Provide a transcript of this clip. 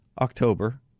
October